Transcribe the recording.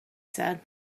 said